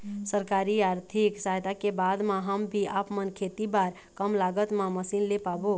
सरकारी आरथिक सहायता के बाद मा हम भी आपमन खेती बार कम लागत मा मशीन ले पाबो?